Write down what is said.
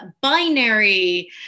binary